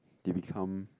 they become